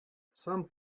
some